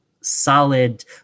solid